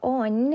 on